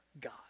God